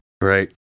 Right